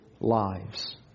lives